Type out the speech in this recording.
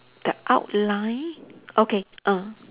the outline okay ah